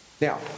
now